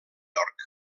york